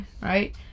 Right